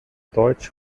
deutsch